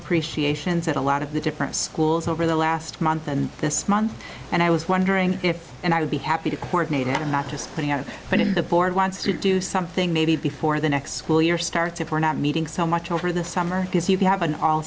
appreciations at a lot of the different schools over the last month and this month and i was wondering if and i would be happy to courtenay to not just putting out a but in the board wants to do something maybe before the next school year starts if we're not meeting so much over the summer because you have an all